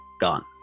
gone